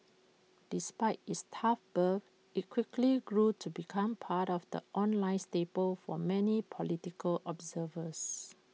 despite its tough birth IT quickly grew to become part of the online staple for many political observers